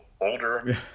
older